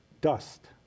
dust